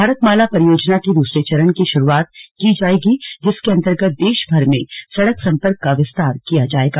भारत माला परियोजना के दूसरे चरण की शुरूआत की जाएगी जिसके अंतर्गत देश भर में सड़क संपर्क का विस्तार किया जायेगा